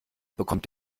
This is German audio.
bekommt